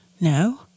No